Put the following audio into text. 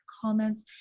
comments